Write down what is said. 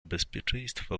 bezpieczeństwa